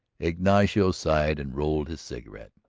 ignacio sighed and rolled his cigarette.